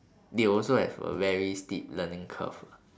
they also have a very steep learning curve lah